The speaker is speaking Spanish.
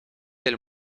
del